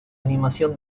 animación